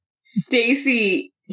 Stacy